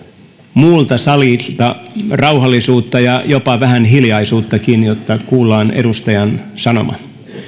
muulta salilta rauhallisuutta ja jopa vähän hiljaisuuttakin jotta kuullaan edustajan sanoma